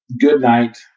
Goodnight